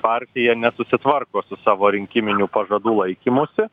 partija nesusitvarko su savo rinkiminių pažadų laikymusi